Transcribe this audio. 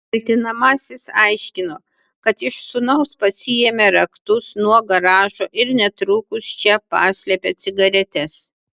kaltinamasis aiškino kad iš sūnaus pasiėmė raktus nuo garažo ir netrukus čia paslėpė cigaretes